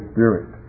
Spirit